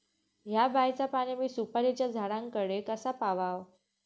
हया बायचा पाणी मी सुपारीच्या झाडान कडे कसा पावाव?